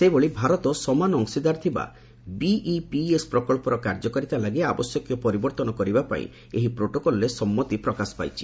ସେହିଭଳି ଭାରତ ସମାନ ଅଂଶୀଦାର ଥିବା ବିଇପିଏସ୍ ପ୍ରକଳ୍ପର କାର୍ଯ୍ୟକାରିତା ଲାଗି ଆବଶ୍ୟକୀୟ ପରିବର୍ତ୍ତନ କରିବା ପାଇଁ ଏହି ପ୍ରୋଟୋକଲ୍ରେ ସମ୍ମତି ପ୍ରକାଶ ପାଇଛି